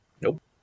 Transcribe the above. Nope